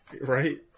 right